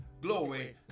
glory